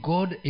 God